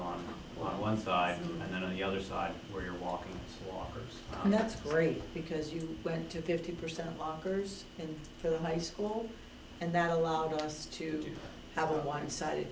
on one side and the younger side where you're walking walkers and that's great because you went to fifty percent of mockers in the high school and that allowed us to have a one sided